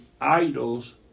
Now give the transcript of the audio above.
idols